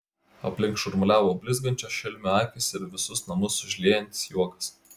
aplink šurmuliavo blizgančios šelmių akys ir visus namus užliejantis juokas